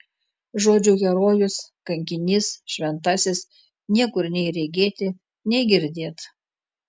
žodžių herojus kankinys šventasis niekur nei regėti nei girdėt